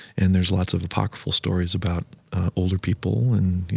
and there's lots of apocryphal stories about older people and, you